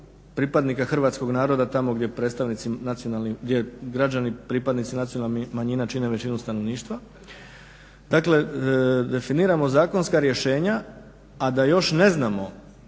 pripadnika hrvatskog naroda tamo gdje predstavnici gdje građani pripadnici nacionalnih manjina čine većinu stanovništva. Dakle definiramo zakonska rješenja a da još ne znamo